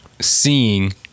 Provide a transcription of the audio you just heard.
seeing